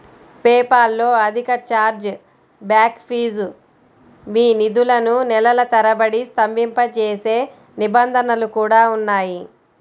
PayPal లో అధిక chargeback fees, మీ నిధులను నెలల తరబడి స్తంభింపజేసే నిబంధనలు కూడా ఉన్నాయి